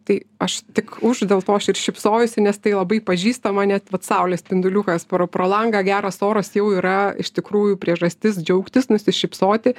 tai aš tik už dėl to aš ir šypsojausi nes tai labai pažįstama net vat saulės spinduliukas pro pro langą geras oras jau yra iš tikrųjų priežastis džiaugtis nusišypsoti